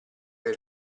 per